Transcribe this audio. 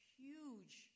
huge